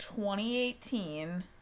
2018